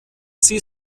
sie